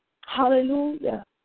Hallelujah